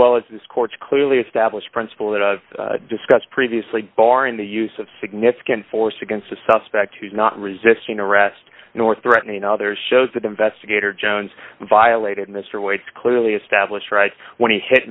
well as this court's clearly established principle that i've discussed previously barring the use of significant force against a suspect who is not resisting arrest nor threatening others shows that investigator jones violated mr wade clearly established right when he hit